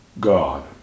God